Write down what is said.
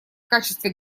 качестве